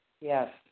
Yes